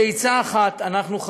בעצה אחת אנחנו,